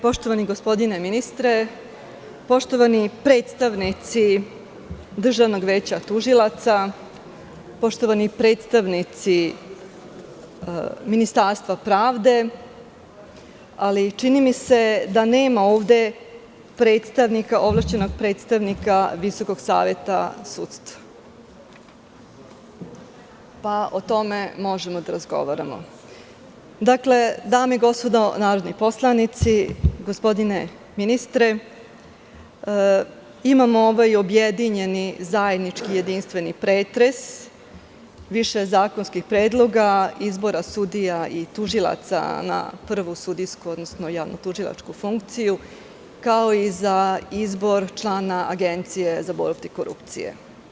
Poštovani gospodine ministre, poštovani predstavnici Državnog veća tužilaca, poštovani predstavnici Ministarstva pravde, ali čini mi se da nema ovde ovlašćenog predstavnika Visokog saveta sudstva, pa o tome možemo da razgovaramo, dame i gospodo narodni poslanici, gospodine ministre, imamo ovaj objedinjeni zajednički jedinstveni pretres više zakonskih predloga, izbora sudija i tužilaca na prvu sudijsku, odnosno javnotužilačku funkciju, kao i za izbor člana Agencije za borbu protiv korupcije.